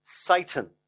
Satan